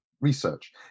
research